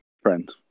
friend